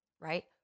right